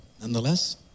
nonetheless